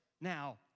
now